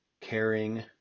caring